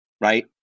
Right